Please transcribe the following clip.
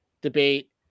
debate